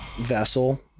vessel